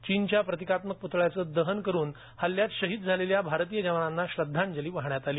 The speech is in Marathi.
चीनच्या प्रतीकात्मक प्तळयाचे दहन करून हल्ल्यात शहीद झालेल्या भारतीय जवानांना श्रद्धांजली वाहण्यात आली